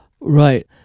Right